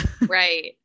Right